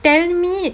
tell me